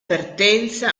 partenza